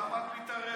למה את מתערבת?